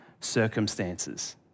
circumstances